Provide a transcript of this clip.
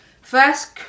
first